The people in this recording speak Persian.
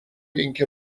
اینکه